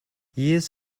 years